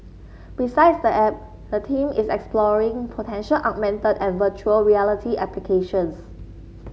besides the app the team is exploring potential augmented and virtual reality applications